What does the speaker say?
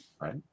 right